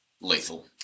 lethal